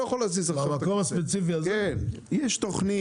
יש תוכנית.